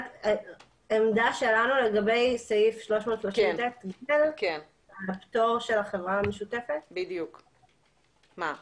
העמדה שלנו לגבי הסעיף של הפטור של החברה המשותפת אין בעיה.